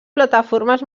plataformes